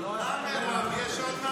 לרשותך